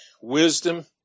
wisdom